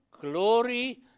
glory